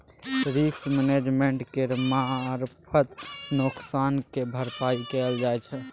risk management केर मारफत नोकसानक भरपाइ कएल जाइ छै